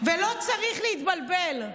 ולא צריך להתבלבל.